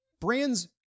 brands